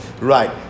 Right